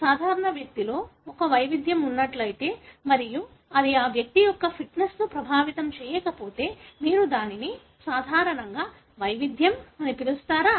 సాధారణ వ్యక్తిలో ఒక వైవిధ్యం ఉన్నట్లయితే మరియు అది ఆ వ్యక్తి యొక్క ఫిట్నెస్ని ప్రభావితం చేయకపోతే మీరు దానిని సాధారణంగా వైవిధ్యం అని పిలుస్తారా